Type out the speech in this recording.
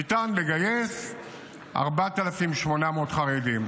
ניתן לגייס 4,800 חרדים.